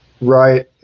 Right